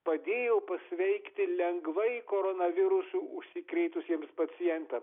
padėjo pasveikti lengvai koronavirusu užsikrėtusiems pacientams